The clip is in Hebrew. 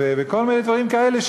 וכל מיני דברים כאלה,